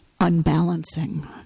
unbalancing